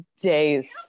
days